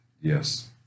Yes